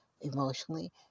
emotionally